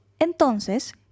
Entonces